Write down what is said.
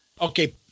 Okay